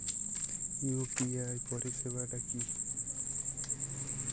UPI পরিসেবাটা কি?